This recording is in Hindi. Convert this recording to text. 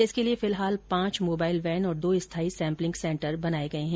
इसके लिए फिलहाल पांच मोबाईल वेन और दो स्थायी सैम्पलिंग सेन्टर बनाये गये है